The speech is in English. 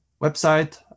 website